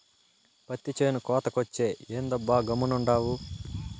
పత్తి చేను కోతకొచ్చే, ఏందబ్బా గమ్మునుండావు